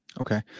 Okay